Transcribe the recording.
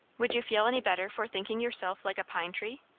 would you feel any better for thinking yourself like a pine tree?